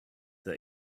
that